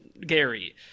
Gary